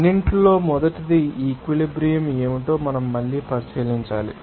అన్నింటిలో మొదటిది ఈక్విలిబ్రియం ఏమిటో మనం మళ్ళీ పరిశీలించాలి